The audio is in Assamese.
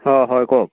হয় কওক